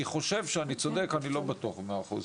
אני חושב שאני צודק, אני לא בטוח במאה אחוז.